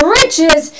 riches